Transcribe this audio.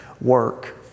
work